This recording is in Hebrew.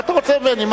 מה אתה רוצה ממני?